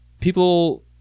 people